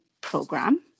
program